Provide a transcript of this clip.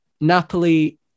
Napoli